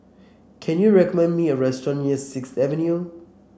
can you recommend me a restaurant near Sixth Avenue